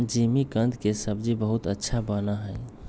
जिमीकंद के सब्जी बहुत अच्छा बना हई